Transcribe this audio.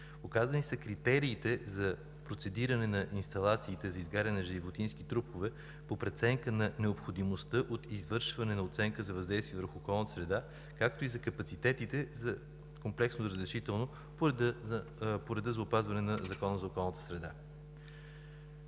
Указани са критериите за процедиране на инсталациите за изгаряне на животински трупове по преценка на необходимостта от извършване на оценка за въздействие върху околната среда, както и за капацитетите за комплексно разрешително по реда на Закона за опазване на околната среда.